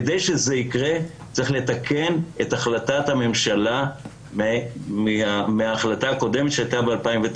כדי שזה יקרה צריך לתקן את החלטת הממשלה מההחלטה הקודמת שהייתה ב-2009.